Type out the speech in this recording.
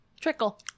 trickle